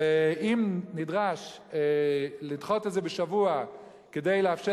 ואם נדרש לדחות את זה בשבוע כדי לאפשר